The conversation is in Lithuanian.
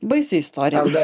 baisi istorija